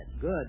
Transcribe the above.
Good